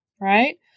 right